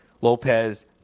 Lopez